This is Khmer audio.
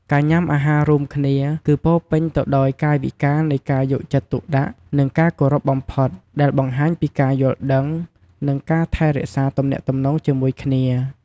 ការញ៉ាំអាហាររួមគ្នា គឺពោរពេញទៅដោយកាយវិការនៃការយកចិត្តទុកដាក់ និងការគោរពបំផុត ដែលបង្ហាញពីការយល់ដឹង និងការថែរក្សាទំនាក់ទំនងជាមួយគ្នា។